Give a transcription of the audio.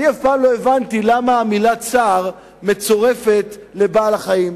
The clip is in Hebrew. לא הבנתי למה המלה "צער" מצורפת לבעלי-החיים.